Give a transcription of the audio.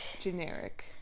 generic